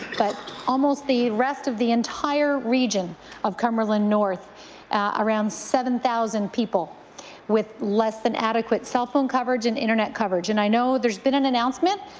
but almost the rest of the entire region of cumberland north around seven thousand people with less than adequate cell phone coverage and internet coverage and i know there has been an announcement,